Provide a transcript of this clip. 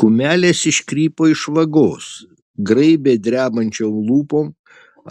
kumelės iškrypo iš vagos graibė drebančiom lūpom